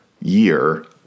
year